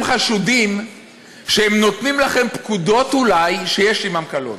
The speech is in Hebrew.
חשודים שהם נותנים לכם פקודות שאולי יש עימן קלון.